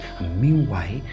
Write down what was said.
meanwhile